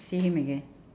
see him again